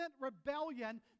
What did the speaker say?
rebellion